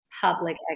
public